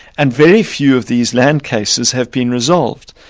and very few of these land cases have been resolved,